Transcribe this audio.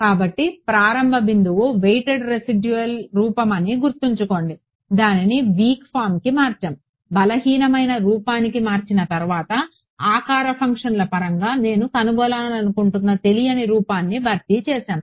కాబట్టి ప్రారంభ బిందువు వెయిటెడ్ రెసిడ్యూయల్ రూపమని గుర్తుంచుకోండి దానిని వీక్ ఫారంకి మార్చాము బలహీనమైన రూపానికి మార్చిన తర్వాత ఆకార ఫంక్షన్ల పరంగా నేను కనుగొనాలనుకుంటున్న తెలియని రూపాన్ని భర్తీ చేసాము